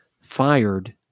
fired